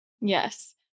Yes